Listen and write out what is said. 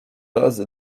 razy